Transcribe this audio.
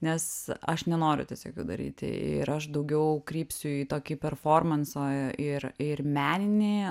nes aš nenoriu tiesiog jų daryti ir aš daugiau kreipsiu į tokį performanso ir ir meninį